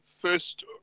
first